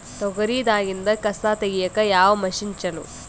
ತೊಗರಿ ದಾಗಿಂದ ಕಸಾ ತಗಿಯಕ ಯಾವ ಮಷಿನ್ ಚಲೋ?